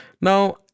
Now